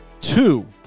two